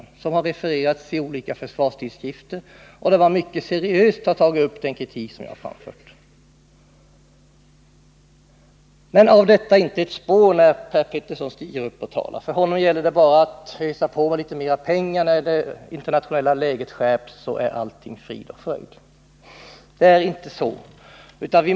Dessa debatter har refererats i olika försvarstidskrifter, som mycket seriöst tagit upp den kritik jag framfört. Men av detta finns inte ett spår när Per Petersson stiger upp och talar. För honom gäller det bara att ösa på med litet mer pengar när det internationella läget skärps. Därmed blir allting frid och fröjd. Så är det inte.